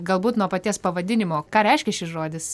galbūt nuo paties pavadinimo ką reiškia šis žodis